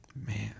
man